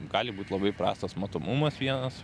gali būt labai prastas matomumas vienas